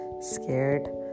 scared